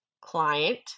client